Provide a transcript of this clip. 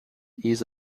ease